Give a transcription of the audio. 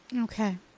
Okay